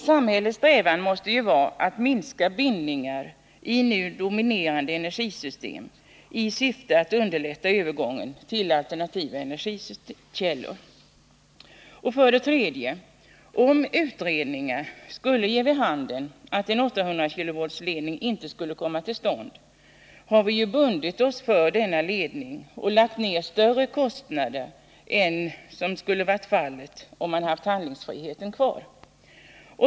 Samhällets strävan måste ju vara att minska bindningar i nu dominerande energisystem i syfte att underlätta övergången till alternativa energikällor. För det tredje har vi ju, om utredningarna skulle ge vid handen att en 800 kV ledning inte bör komma till stånd, bundit oss för denna ledning och lagt ner större kostnader än som skulle varit fallet om vi haft handlingsfriheten kvar.